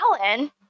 Alan